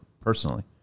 personally